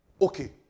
Okay